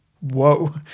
whoa